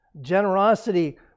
Generosity